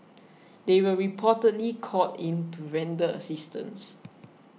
they were reportedly called in to render assistance